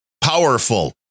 powerful